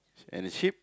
and the sheep